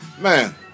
man